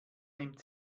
nimmt